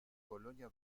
colonia